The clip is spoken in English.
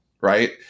Right